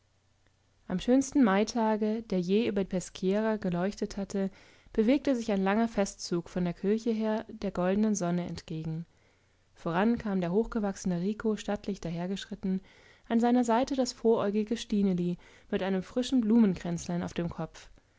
am schönsten maitage der je über peschiera geleuchtet hatte bewegte sich ein langer festzug von der kirche her der goldenen sonne entgegen voran kam der hochgewachsene rico stattlich dahergeschritten an seiner seite das frohäugige stineli mit einem frischen blumenkränzlein auf dem kopf